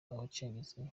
abacengezi